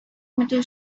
metal